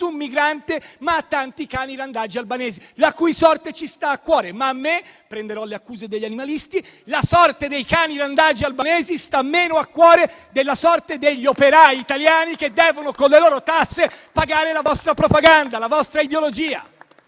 migrante, ma a tanti cani randagi albanesi, la cui sorte ci sta a cuore. Ma a me - prenderò le accuse degli animalisti - la sorte dei cani randagi albanesi sta meno a cuore della sorte degli operai italiani che devono, con le loro tasse, pagare la vostra propaganda e la vostra ideologia.